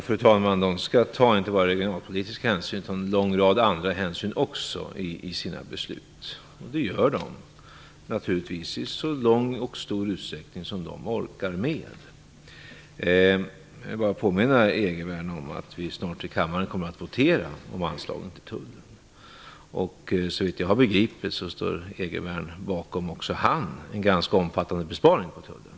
Fru talman! De skall inte bara ta regionalpolitiska hänsyn utan också en lång rad andra hänsyn i sina beslut, och det gör de i så stor utsträckning som de orkar med. Jag vill bara påminna Erik Arthur Egervärn om att vi snart i kammaren kommer att votera om anslagen till tullen. Såvitt jag har begripit står också Egervärn bakom en ganska omfattande besparing på tullen.